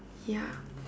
ya